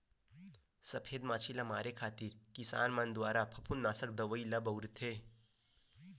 सफेद मांछी ल मारे खातिर किसान मन दुवारा फफूंदनासक दवई ल बउरथे